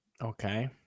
Okay